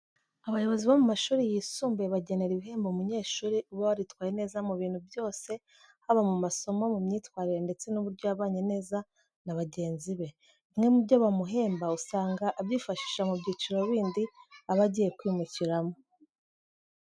Abayobozi bo mu mashuri yisumbuye bagenera ibihembo umunyeshuri uba waritwaye neza mu bintu byose haba mu masomo, mu myitwarire ndetse n'uburyo yabanye neza na bagenzi be. Bimwe mu byo bamuhemba usanga abyifashisha mu byiciro bindi aba agiye kwimukiramo.